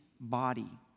body